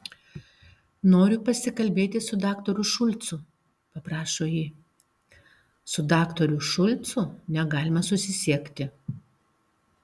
noriu pasikalbėti su daktaru šulcu paprašo ji su daktaru šulcu negalima susisiekti